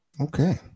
Okay